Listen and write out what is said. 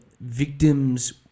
victims